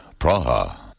Praha